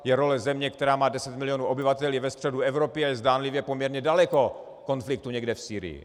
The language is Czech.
Je role země, která má deset milionů obyvatel, je ve středu Evropy a je zdánlivě poměrně daleko konfliktu někde v Sýrii.